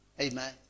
Amen